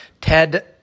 TED